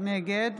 נגד